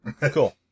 cool